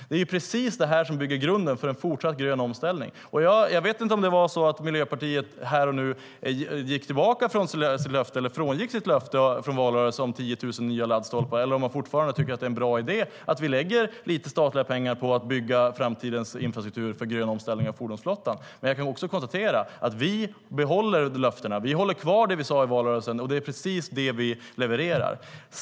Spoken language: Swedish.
Det är precis det som lägger grunden för en fortsatt grön omställning. Jag vet inte om Miljöpartiet här och nu frångick sitt löfte från valrörelsen om 10 000 nya laddstolpar, eller om man fortfarande tycker att det är en bra idé att vi lägger lite statliga pengar på att bygga framtidens infrastruktur för grön omställning av fordonsflottan. Men jag kan konstatera att vi behåller löftena. Vi håller fast vid det vi sa i valrörelsen, och det är precis det vi levererar.